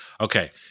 Okay